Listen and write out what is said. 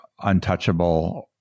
untouchable